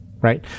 Right